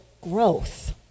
growth